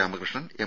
Ramakrishnan M